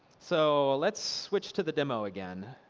so let's switch to the demo, again.